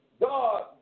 God